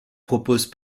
propose